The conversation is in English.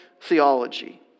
theology